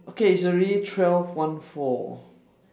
okay it's already twelve one four